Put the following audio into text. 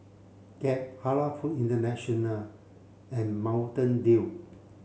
Gap Halal Food International and Mountain Dew